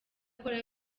akora